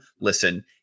listen